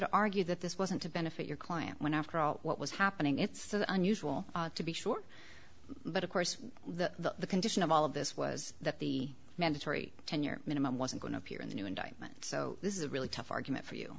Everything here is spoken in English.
to argue that this wasn't to benefit your client when after all what was happening it's so unusual to be sure but of course the condition of all of this was that the mandatory tenure minimum wasn't going to appear in the new indictment so this is a really tough argument for you